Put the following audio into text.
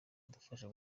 adufasha